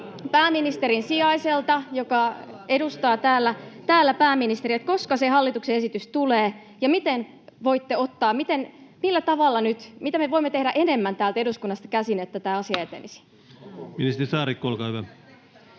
pääministerin sijaiselta, joka edustaa täällä pääministeriä: koska se hallituksen esitys tulee, ja mitä me voimme tehdä enemmän täältä eduskunnasta käsin, jotta tämä asia etenisi? [Speech 295] Speaker: